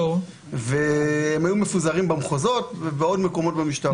הם היו מפוזרים במחוזות ובעוד מקומות במשטרה.